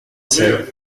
sais